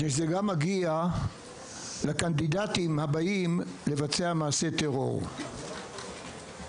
וזה גם מגיע לקנדידטים הבאים לבצע מעשה טרור; ראשית,